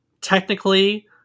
Technically